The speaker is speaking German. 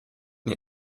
mir